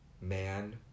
man